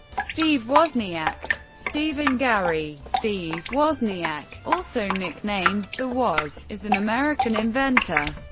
steve wozniak stephen gary steve wozniak, also nicknamed the woz, is an american inventor,